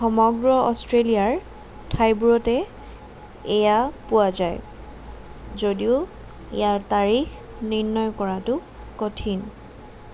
সমগ্ৰ অষ্ট্ৰেলিয়াৰ ঠাইবোৰতে এয়া পোৱা যায় যদিও ইয়াৰ তাৰিখ নিৰ্ণয় কৰাটো কঠিন